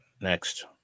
next